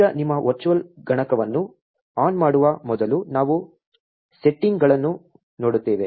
ಈಗ ನಿಮ್ಮ ವರ್ಚುವಲ್ ಗಣಕವನ್ನು ಆನ್ ಮಾಡುವ ಮೊದಲು ನಾವು ಸೆಟ್ಟಿಂಗ್ಗಳನ್ನು ನೋಡುತ್ತೇವೆ